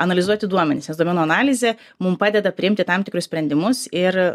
analizuoti duomenis nes duomenų analizė mum padeda priimti tam tikrus sprendimus ir